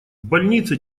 больнице